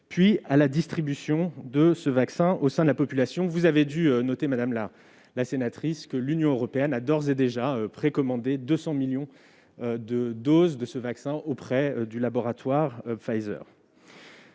puis de sa distribution au sein de la population. Vous avez dû noter que l'Union européenne a d'ores et déjà précommandé 200 millions de doses de ce vaccin auprès du laboratoire Pfizer.